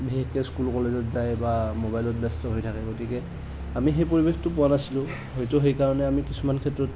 school কলেজত যায় বা মোবাইলত ব্যস্ত হৈ থাকে গতিকে আমি সেই পৰিৱেশটো পোৱা নাছিলোঁ হয়তো আমি সেইকাৰণে কিছুমান ক্ষেত্ৰত